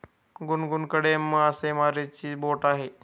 गुनगुनकडे मासेमारीची बोट आहे